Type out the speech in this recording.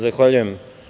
Zahvaljujem.